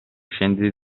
scendi